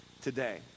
today